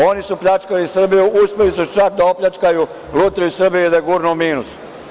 Oni su pljačkali Srbiju, uspeli su čak da opljačkaju „Lutriju Srbije“ i da je gurnu u minus.